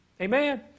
Amen